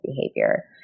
behavior